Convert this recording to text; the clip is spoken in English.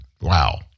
Wow